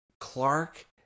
Clark